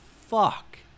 fuck